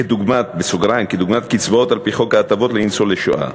כדוגמת קצבאות על-פי חוק ההטבות לניצולי שואה.